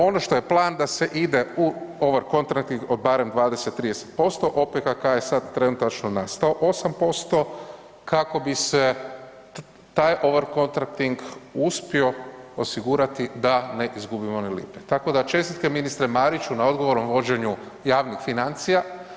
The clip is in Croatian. Ono što je plan da se ide u Overcontracting od barem 20-30%, OPKK je sad trenutačno na 108% kako bi se taj Overcontracting uspio osigurati da ne izgubimo ni lipe, tako da čestitke ministre Mariću na odgovornom vođenju javnih financija.